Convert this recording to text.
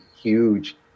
huge